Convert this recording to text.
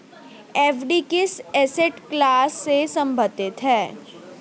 FD किस asset class से संबंधित है?